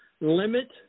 limit